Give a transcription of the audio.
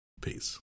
Peace